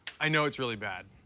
i know it's really bad.